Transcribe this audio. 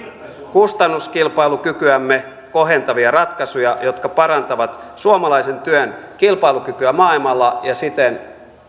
kustannuskilpailukykyämme kohentavia ratkaisuja jotka parantavat suomalaisen työn kilpailukykyä maailmalla ja siten